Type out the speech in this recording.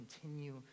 continue